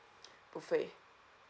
buffet